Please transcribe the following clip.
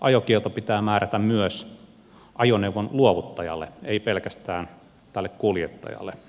ajokielto pitää määrätä myös ajoneuvon luovuttajalle ei pelkästään tälle kuljettajalle